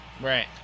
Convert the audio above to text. Right